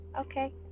okay